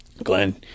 Glenn